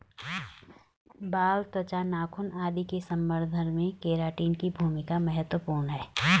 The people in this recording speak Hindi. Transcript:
बाल, त्वचा, नाखून आदि के संवर्धन में केराटिन की भूमिका महत्त्वपूर्ण है